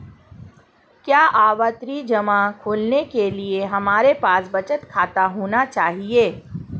क्या आवर्ती जमा खोलने के लिए हमारे पास बचत खाता होना चाहिए?